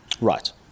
right